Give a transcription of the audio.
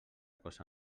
cosa